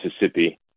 Mississippi